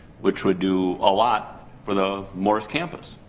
which would do a lot for the morris campus.